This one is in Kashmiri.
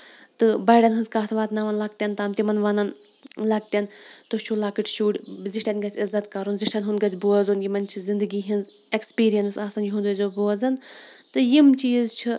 تہٕ بڑٮ۪ن ہنز کَتھ واتناوان لۄکٹٮ۪ن تام تِمن وَنان لۄکٹٮ۪ن تُہۍ چھِو لۄکٕٹۍ شُرۍ زِٹھٮ۪ن گژھِ عِزت کَرُن زِٹھٮ۪ن ہُند گژھِ بوزُن یِمن چھِ زندگی ہنٛز اٮ۪کٕسپِرینٕس آسان یِہُند آزیٚو بوزان تہٕ یِم چیٖز چھِ